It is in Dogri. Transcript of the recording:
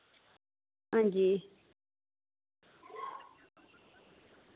हां जी